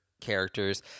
characters